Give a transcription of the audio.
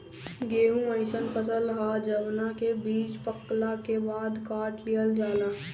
गेंहू अइसन फसल ह जवना के बीज पकला के बाद काट लिहल जाला